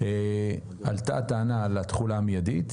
עלתה הטענה לתחולה המיידית.